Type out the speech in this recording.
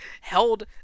held